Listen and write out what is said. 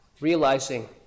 realizing